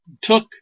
took